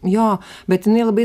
jo bet jinai labai